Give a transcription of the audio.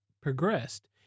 progressed